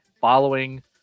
following